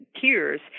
peers